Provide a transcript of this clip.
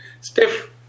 Stiff